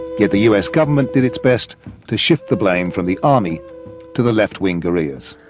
yet the us government did its best to shift the blame from the army to the left-wing guerrillas.